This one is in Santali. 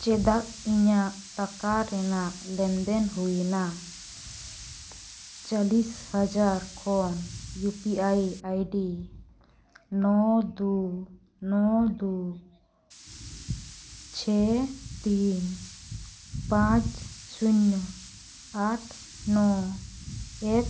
ᱪᱮᱫᱟᱜ ᱤᱧᱟᱹᱜ ᱴᱟᱠᱟ ᱨᱮᱱᱟᱜ ᱞᱮᱱᱫᱮᱱ ᱦᱩᱭᱮᱱᱟ ᱪᱚᱞᱞᱤᱥ ᱦᱟᱡᱟᱨ ᱠᱷᱚᱱ ᱤᱭᱩ ᱯᱤ ᱟᱭ ᱟᱭᱰᱤ ᱱᱚ ᱫᱩ ᱱᱚ ᱫᱩ ᱪᱷᱮ ᱛᱤᱱ ᱯᱟᱸᱪ ᱥᱩᱱᱱᱚ ᱟᱴ ᱱᱚᱭ ᱮᱹᱠ